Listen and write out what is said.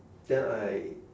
then I